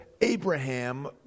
Abraham